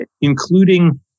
including